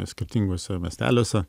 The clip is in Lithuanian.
skirtinguose miesteliuose